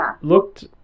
looked